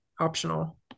optional